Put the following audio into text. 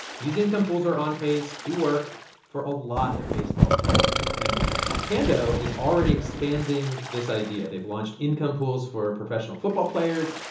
these income pools are on pace to work for a lot of baseball players. and pando is already expanding this idea. they've launched income pools for professional football players,